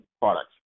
products